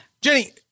Jenny